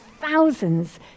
thousands